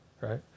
right